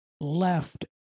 left